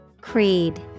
Creed